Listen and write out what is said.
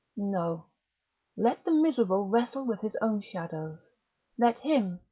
no let the miserable wrestle with his own shadows let him,